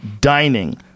Dining